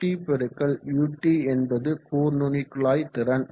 Ft x ut என்பது கூர்நுனிக்குழாய் திறன்